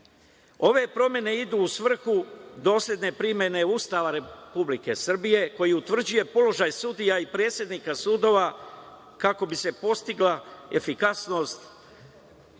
Ove promene idu u svrhu dosledne primene Ustava Republike Srbije, koji utvrđuje položaj sudija i predsednika sudova kako bi se postigla efikasnost,